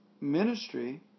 ministry